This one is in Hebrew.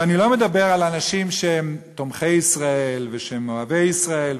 ואני לא מדבר על אנשים שהם תומכי ישראל ושהם אוהבי ישראל,